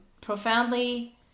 profoundly